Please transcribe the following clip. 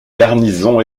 garnison